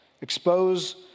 Expose